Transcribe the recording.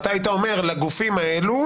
אתה היית אומר: בגופים האלו